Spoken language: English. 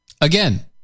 Again